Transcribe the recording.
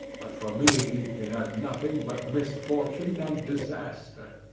but for me it had nothing but misfortune and disaster.